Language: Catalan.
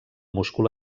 múscul